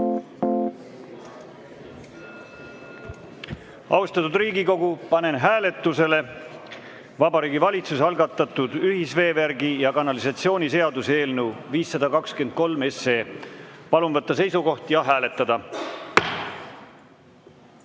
juurde. Austatud Riigikogu, panen hääletusele Vabariigi Valitsuse algatatud ühisveevärgi ja -kanalisatsiooni seaduse eelnõu 523. Palun võtta seisukoht ja hääletada!